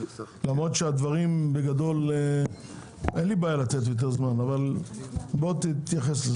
חבר הכנסת אלון שוסטר רוצה להתייחס לזה.